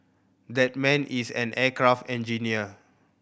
that man is an aircraft engineer